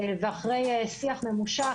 ואחרי שיח ממושך,